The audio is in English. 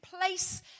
place